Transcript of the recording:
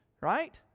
right